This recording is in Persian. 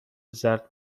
زرد